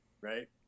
right